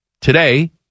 today